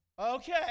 Okay